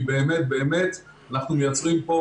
כי באמת באמת אנחנו מייצרים פה,